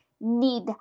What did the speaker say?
need